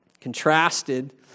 contrasted